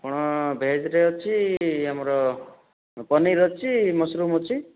କ'ଣ ଭେଜ୍ ରେ ଅଛି ଆମର ପନିର୍ ଅଛି ମସରୁମ୍ ଅଛି